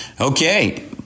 Okay